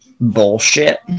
bullshit